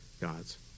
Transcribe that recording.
gods